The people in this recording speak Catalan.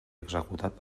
executat